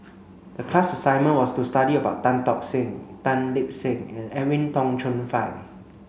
the class assignment was to study about Tan Tock Seng Tan Lip Seng and Edwin Tong Chun Fai